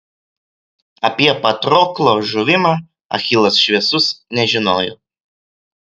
apie patroklo žuvimą achilas šviesus nežinojo